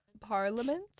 Parliament